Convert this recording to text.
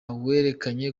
werekanye